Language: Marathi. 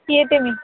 येते मी